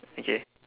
okay